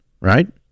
right